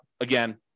again